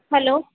hello